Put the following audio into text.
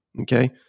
okay